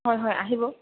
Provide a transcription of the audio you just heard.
হয় হয় আহিব